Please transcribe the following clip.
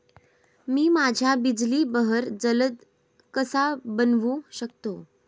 मी माझ्या बिजली बहर जलद कसा बनवू शकतो?